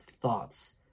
thoughts